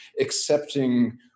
accepting